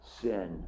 sin